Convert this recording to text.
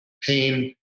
pain